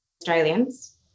Australians